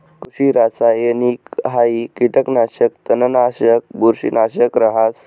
कृषि रासायनिकहाई कीटकनाशक, तणनाशक, बुरशीनाशक रहास